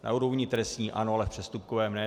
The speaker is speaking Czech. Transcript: Na úrovni trestní ano, ale v přestupkovém ne.